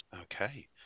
Okay